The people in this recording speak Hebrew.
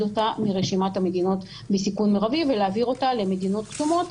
אותה מרשימת המדינות בסיכון מרבי ולהעביר אותה למדינות כתומות,